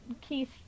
Keith